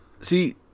see